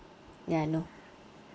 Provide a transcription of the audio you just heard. ya I know